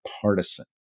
partisan